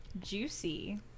juicy